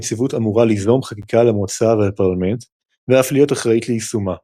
הנציבות אמורה ליזום חקיקה למועצה ולפרלמנט ואף להיות אחראית ליישומה.